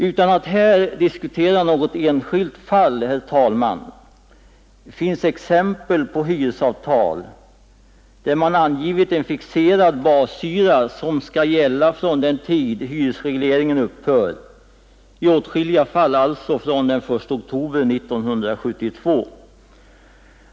Utan att här diskutera något enskilt fall, herr talman, finns exempel på hyresavtal där man angivit en fixerad bashyra som skall gälla från den tidpunkt hyresregleringen upphör, i åtskilliga fall alltså från den 1 oktober 1972.